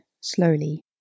slowly